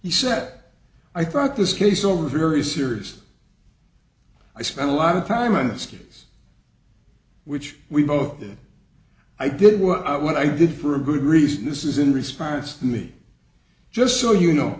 he said i thought this case over very serious i spent a lot of time on this case which we both did i did what i what i did for a good reason this is in response to me just so you know